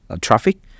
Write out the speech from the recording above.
traffic